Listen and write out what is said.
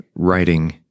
writing